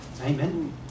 amen